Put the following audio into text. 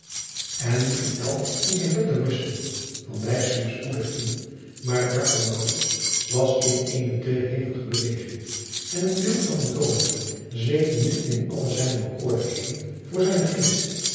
en nu ging elk in zijn bed ter ruste van dijk sliep spoedig in maar het hart van maurits was in eene te hevige beweging en het beeld van antonia zweefde nu in alle zijne bekoorlijkheden voor zijnen geest